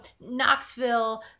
Knoxville